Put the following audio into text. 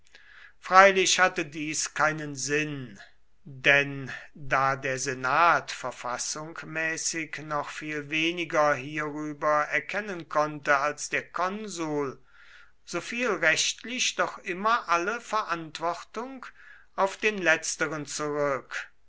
freilich hatte dies keinen sinn denn da der senat verfassungmäßig noch viel weniger hierüber erkennen konnte als der konsul so fiel rechtlich doch immer alle verantwortung auf den letzteren zurück